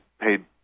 paid